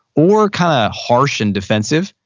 or kind of harsh and defensive.